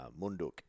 munduk